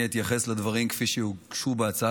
אני אתייחס לדברים כפי שהוגשו בהצעה